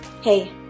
Hey